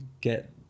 get